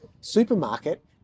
supermarket